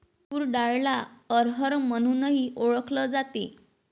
तूर डाळला अरहर म्हणूनही ओळखल जाते